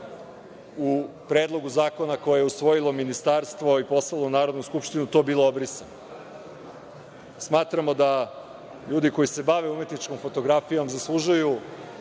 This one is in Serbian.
u Predlogu zakona koje je usvojilo Ministarstvo i poslalo u Narodnu skupštinu, to bilo obrisano. Smatramo da ljudi koji se bave umetničkom fotografijom zaslužuju